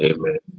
Amen